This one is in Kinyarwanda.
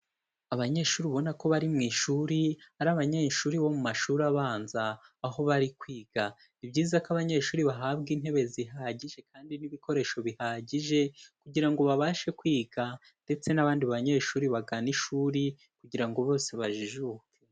Abanyeshuri ubona ko bari mu ishuri ari abanyeshuri bo mu mashuri abanza aho bari kwiga, ni byiza ko abanyeshuri bahabwa intebe zihagije kandi n'ibikoresho bihagije kugira ngo babashe kwiga ndetse n'abandi banyeshuri bagane ishuri kugira ngo bose bajijuke.